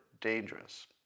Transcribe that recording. dangerous